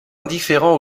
indifférent